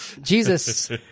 Jesus